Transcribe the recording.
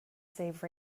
save